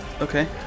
Okay